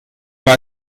war